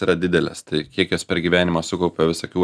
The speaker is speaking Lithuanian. yra didelės tai kiek jos per gyvenimą sukaupia visokių